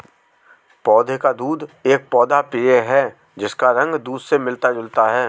पौधे का दूध एक पौधा पेय है जिसका रंग दूध से मिलता जुलता है